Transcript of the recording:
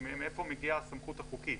מאיפה מגיעה הסמכות החוקית.